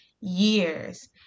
years